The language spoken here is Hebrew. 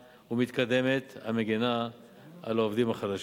ומתקדמת המגינה על העובדים החלשים.